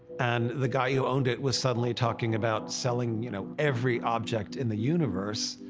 and the guy who owned it was suddenly talking about selling, you know, every object in the universe,